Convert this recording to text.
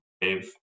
Dave